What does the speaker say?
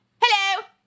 Hello